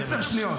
עשר שניות.